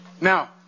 Now